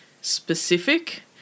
specific